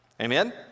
Amen